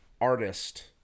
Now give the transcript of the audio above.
artist